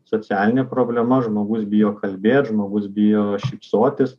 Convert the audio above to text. socialinė problema žmogus bijo kalbėt žmogus bijo šypsotis